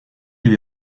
lui